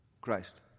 Christ